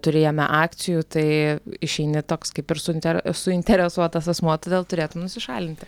turėjome akcijų tai išeini toks kaip ir suinter suinteresuotas asmuo todėl turėtum nusišalinti